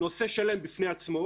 נושא שלם בפני עצמו